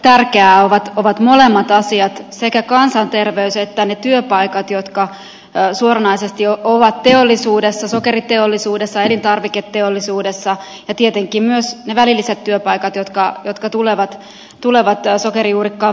minulle tärkeitä ovat molemmat asiat sekä kansanterveys että ne työpaikat jotka suoranaisesti ovat teollisuudessa sokeriteollisuudessa elintarviketeollisuudessa ja tietenkin myös ne välilliset työpaikat jotka tulevat sokerijuurikkaan viljelyn kautta